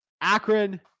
Akron